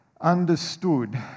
understood